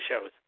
shows